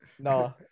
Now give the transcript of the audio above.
No